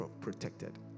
protected